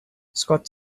scott